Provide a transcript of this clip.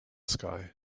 sky